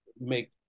make